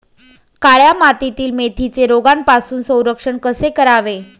काळ्या मातीतील मेथीचे रोगापासून संरक्षण कसे करावे?